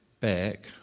back